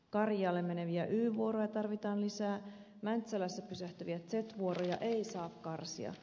karjaalle meneviä y vuoroja tarvitaan lisää mäntsälässä pysähtyviä z vuoroja ei saa karsia